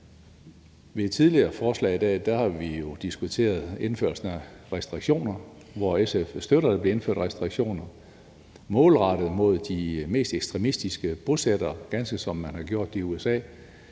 et tidligere forslag i dag har vi jo diskuteret indførelsen af restriktioner, hvor SF støtter, at der bliver indført restriktioner målrettet mod de mest ekstremistiske bosættere, ganske som man har gjort det i USA,